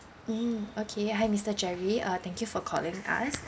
mm okay hi mister jerry uh thank you for calling us